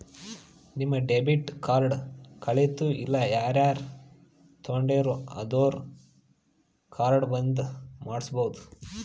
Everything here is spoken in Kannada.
ನಿಮ್ ಡೆಬಿಟ್ ಕಾರ್ಡ್ ಕಳಿತು ಇಲ್ಲ ಯಾರರೇ ತೊಂಡಿರು ಅಂದುರ್ ಕಾರ್ಡ್ ಬಂದ್ ಮಾಡ್ಸಬೋದು